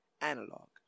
analog